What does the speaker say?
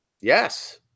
Yes